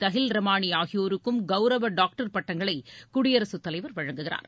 தகில் ரமணி ஆகியோருக்கு கவரவ டாக்டர் பட்டங்களை குடியரசுத் தலைவர் வழங்குகிறார்